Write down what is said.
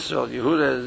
Yehuda